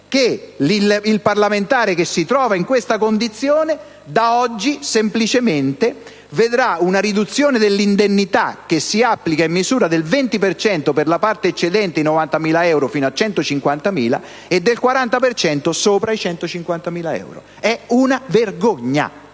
che il parlamentare che si trova in questa condizione da oggi semplicemente vedrà una riduzione dell'indennità che si applica in misura del 20 per cento per la parte eccedente i 90.000 euro fino a 150.000 e del 40 per cento sopra i 150.000 euro. È una vergogna.